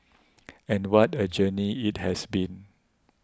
and what a journey it has been